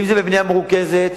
אם זה בבנייה מרוכזת,